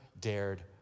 dared